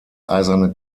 eiserne